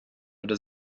oder